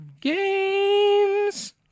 Games